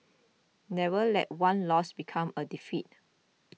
never let one loss become a defeat